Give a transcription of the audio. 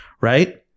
right